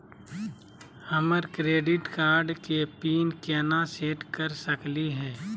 हमर credit card के pin केना सेट कर सकली हे?